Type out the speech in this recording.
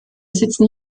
sitzen